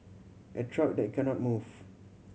a truck that cannot move